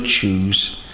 choose